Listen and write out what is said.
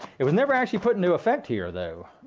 it was never actually put into effect here though.